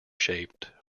shaped